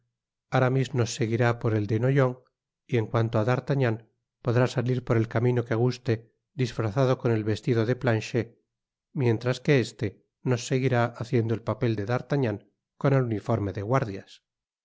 aramis nos seguirá por el de noyon y en cuanto á d'artagnan podrá salir por el camino que guste disfrazado con el vestido de planchet mientras que estenos seguirá haciendo el papel de d'artagnan con el uniforme de guardias